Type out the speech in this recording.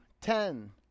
ten